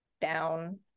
down